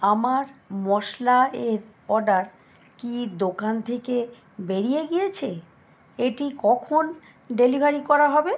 আমার মশলা এর অর্ডার কি দোকান থেকে বেরিয়ে গিয়েছে এটি কখন ডেলিভারি করা হবে